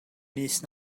mis